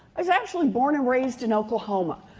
i was actually born and raised in oklahoma.